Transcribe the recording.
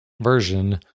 version